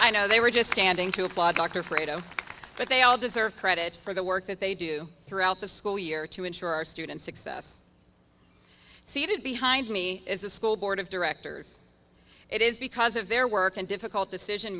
i know they were just standing to applaud dr freedom but they all deserve credit for the work that they do throughout the school year to ensure our students success seated behind me as a school board of directors it is because of their work and difficult decision